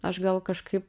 aš gal kažkaip